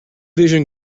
vision